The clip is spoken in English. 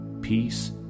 peace